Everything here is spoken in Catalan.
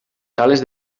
sales